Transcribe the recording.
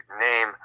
name